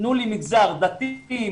תנו לי מגזר דתי,